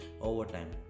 overtime